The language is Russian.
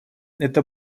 это